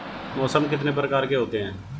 मौसम कितने प्रकार के होते हैं?